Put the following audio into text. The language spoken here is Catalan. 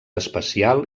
especial